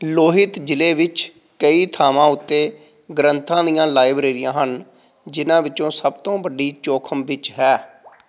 ਲੋਹਿਤ ਜ਼ਿਲ੍ਹੇ ਵਿੱਚ ਕਈ ਥਾਵਾਂ ਉੱਤੇ ਗ੍ਰੰਥਾਂ ਦੀਆਂ ਲਾਇਬ੍ਰੇਰੀਆਂ ਹਨ ਜਿਨ੍ਹਾਂ ਵਿੱਚੋਂ ਸਭ ਤੋਂ ਵੱਡੀ ਚੌਖਮ ਵਿੱਚ ਹੈ